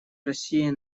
россии